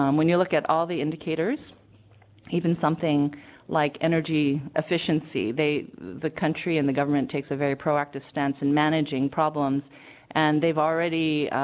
um when you look at all the indicators even something like energy efficiency they the country in the government takes a very proactive stance in managing problem and they've already